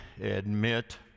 admit